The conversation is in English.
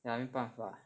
ya 还没办法